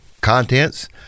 contents